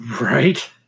Right